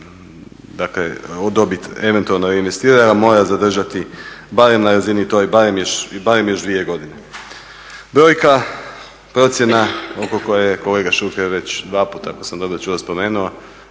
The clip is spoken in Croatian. dakle dobit eventualno reinvestira mora zadržati barem na razini toj, barem još dvije godine. Brojka, procjena oko koje je kolega Šuker već dvaput ako sam dobro čuo spomenuo